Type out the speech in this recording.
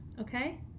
okay